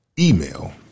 email